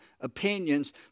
opinions